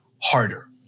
harder